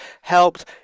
helped